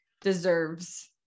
deserves